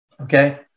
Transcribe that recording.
Okay